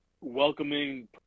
welcoming